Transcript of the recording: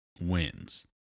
wins